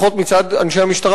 לפחות מצד אנשי המשטרה,